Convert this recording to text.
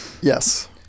Yes